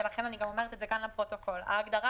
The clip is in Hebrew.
ולכן אני גם אומרת את זה כאן לפרוטוקול: ההגדרה